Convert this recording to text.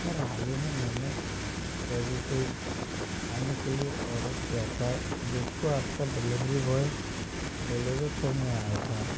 sir हाल ही में मैंने स्वेग्गी से खाने के लिए ऑर्डर किया था जिसको आपका डिलीवरी बॉय डिलीवर करने आया था